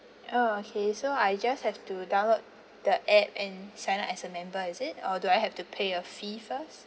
oh okay so I just have to download the app and sign up as a member is it or do I have to pay a fee first